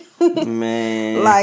Man